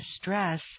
stress